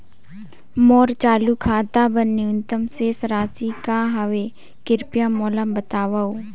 मोर चालू खाता बर न्यूनतम शेष राशि का हवे, कृपया मोला बतावव